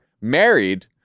married—